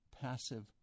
passive